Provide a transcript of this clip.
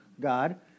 God